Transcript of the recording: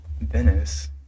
Venice